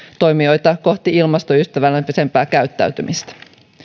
toimijoita kohti ilmastoystävällisempää käyttäytymistä